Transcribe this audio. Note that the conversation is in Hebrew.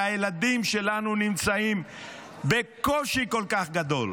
כשהילדים שלנו נמצאים בקושי כל כך גדול,